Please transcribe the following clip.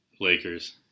Lakers